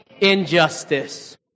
injustice